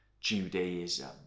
Judaism